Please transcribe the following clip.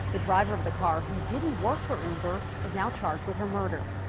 the driver of the car who didn't work for uber is now charged with her murder.